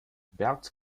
bert